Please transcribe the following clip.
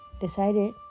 decided